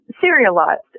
serialized